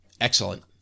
excellent